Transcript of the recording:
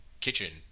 kitchen